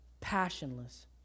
passionless